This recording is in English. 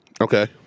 Okay